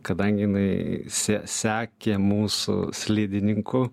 kadangi jinai se sekė mūsų slidininkų